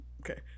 Okay